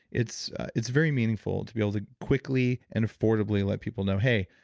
it's it's very meaningful to be able to quickly and affordable yeah let people know, hey,